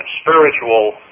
spiritual